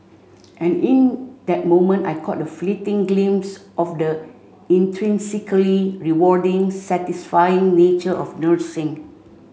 and in that moment I caught a fleeting glimpse of the intrinsically rewarding satisfying nature of nursing